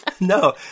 No